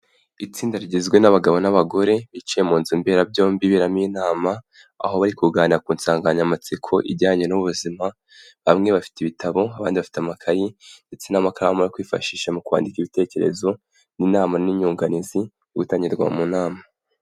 Itsinda rigizwe n'abagabo n'abagore bicaye mu nzu mberabyombi iberarimo inama, aho bari kuganira ku nsanganyamatsiko ijyanye n'ubuzima, bamwe bafite ibitabo, abandi bafite amakayi ndetse n'amakaramu yo kwifashisha mu kwandika ibitekerezo, ni inama n'inyunganizi biri gutangirwa mu nama.